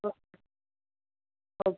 ஓ okay